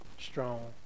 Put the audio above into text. strong